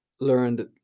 learned